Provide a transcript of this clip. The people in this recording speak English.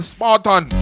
Spartan